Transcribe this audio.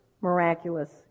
miraculous